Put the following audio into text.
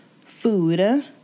food